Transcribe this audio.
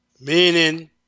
meaning